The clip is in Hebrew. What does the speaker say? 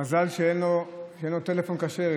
מזל שאין לו טלפון כשר.